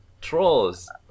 Trolls